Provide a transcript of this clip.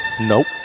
Nope